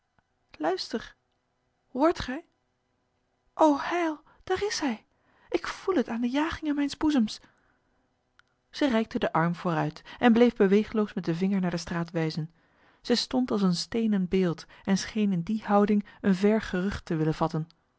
luister hoort gij o heil daar is hij ik voel het aan de jagingen mijns boezems zij reikte de arm vooruit en bleef beweegloos met de vinger naar de straat wijzen zij stond als een stenen beeld en scheen in die houding een ver gerucht te willen vatten